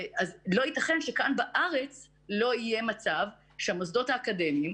לא יתכן שכאן בארץ לא יהיה מצב שהמוסדות האקדמיים,